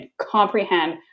comprehend